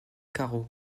carreaux